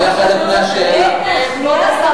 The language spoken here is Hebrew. כבוד השר,